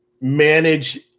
manage